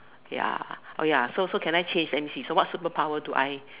ya oh ya so so can I change let me see so what superpower do I